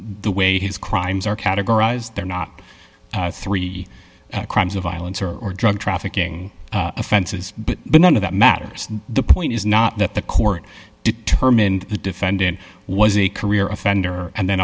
the way his crimes are categorized they're not three crimes of violence or or drug trafficking offenses but none of that matters the point is not that the court determined the defendant was a career offender and then